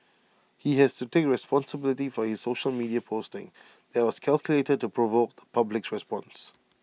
he has to take responsibility for his social media posting that was calculated to provoke the public's response